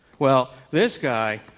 well, this guy,